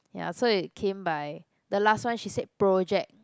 ya so it came by the last one she said project